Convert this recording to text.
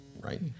right